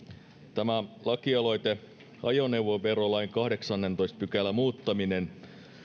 tämä lakialoite ajoneuvoverolain kahdeksannentoista pykälän muuttaminen